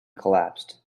collapsed